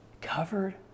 covered